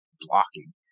blocking